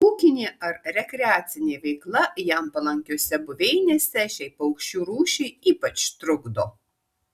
ūkinė ar rekreacinė veikla jam palankiose buveinėse šiai paukščių rūšiai ypač trukdo